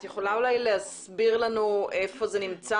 את יכולה אולי להסביר לנו איפה זה נמצא